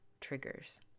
triggers